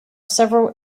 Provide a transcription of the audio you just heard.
several